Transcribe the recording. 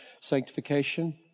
sanctification